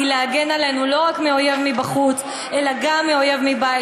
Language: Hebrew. היא להגן עלינו לא רק מאויב מבחוץ אלא גם מאויב מבית.